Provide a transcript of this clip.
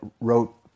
wrote